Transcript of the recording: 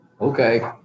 Okay